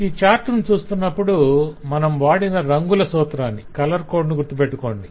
ఈ చార్ట్ ను చూస్తున్నప్పుడు మనం వాడిన రంగుల సూత్రాన్ని గుర్తుపెట్టుకోండి